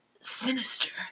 Sinister